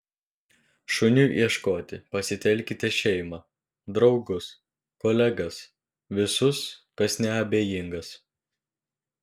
šuniui ieškoti pasitelkite šeimą draugus kolegas visus kas neabejingas